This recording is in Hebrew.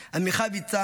עמיחי ויצן,